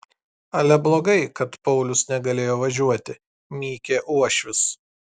ale blogai kad paulius negalėjo važiuoti mykė uošvis